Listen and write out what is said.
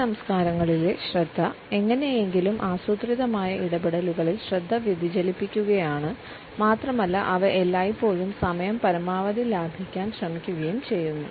ഈ സംസ്കാരങ്ങളിലെ ശ്രദ്ധ എങ്ങനെയെങ്കിലും ആസൂത്രിതമായ ഇടപെടലുകളിൽ ശ്രദ്ധ വ്യതിചലിപ്പിക്കുകയാണ് മാത്രമല്ല അവ എല്ലായ്പ്പോഴും സമയം പരമാവധി ലാഭിക്കാൻ ശ്രമിക്കുകയും ചെയ്യുന്നു